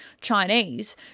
Chinese